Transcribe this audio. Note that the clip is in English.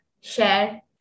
share